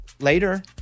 later